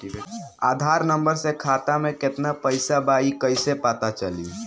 आधार number से खाता में केतना पईसा बा ई क्ईसे पता चलि?